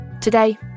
Today